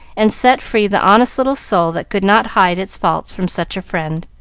and set free the honest little soul that could not hide its fault from such a friend.